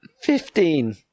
Fifteen